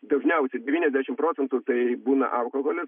dažniausiai devyniasdešimt procentų tai būna alkoholis